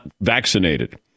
vaccinated